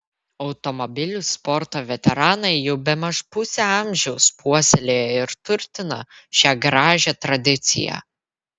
automobilių sporto veteranai jau bemaž pusę amžiaus puoselėja ir turtina šią gražią tradiciją